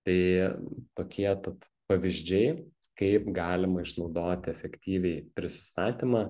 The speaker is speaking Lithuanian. tai tokie tad pavyzdžiai kaip galima išnaudoti efektyviai prisistatymą